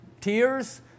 tears